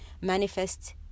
manifest